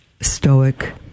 stoic